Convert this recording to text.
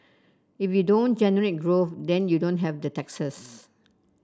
if you don't generate growth then you don't have the taxes